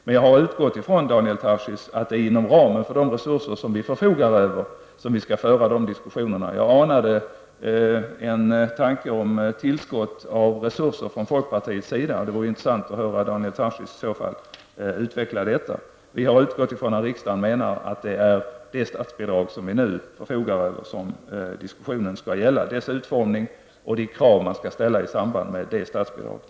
Men jag har utgått ifrån, Daniel Tarschys, att vi skall föra diskussionen inom ramen för de resurser vi förfogar över. Jag anade att det från folkpartiets sida fanns en tanke på tillskott av resurser. Det vore i så fall intressant att höra Daniel Tarschys utveckla detta. Regeringen har utgått från att riksdagen menar att diskussionen skulle gälla det statsbidrag som vi nu förfogar över, dess utformning och de krav som skall ställas i samband med statsbidraget.